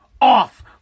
Off